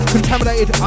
Contaminated